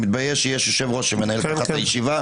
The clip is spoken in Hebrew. מתבייש שיש יושב-ראש שמנהל ככה את הישיבה.